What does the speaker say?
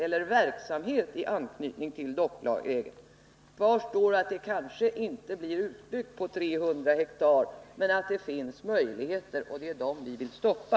Det kanske inte blir av att bygga ut på 300 ha, men kvar står att det finns möjlighet att göra det, och det är detta vi vill stoppa.